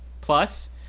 plus